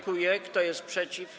Kto jest przeciw?